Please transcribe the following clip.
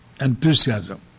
enthusiasm